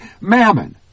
mammon